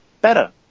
better